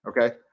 Okay